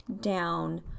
down